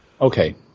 Okay